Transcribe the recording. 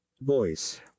Voice